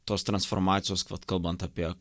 tos transformacijos vat kalbant apie